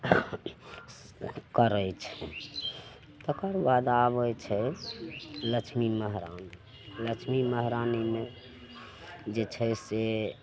करय छै तकरबाद आबय छै लक्ष्मी महरानी लक्ष्मी महरानीमे जे छै से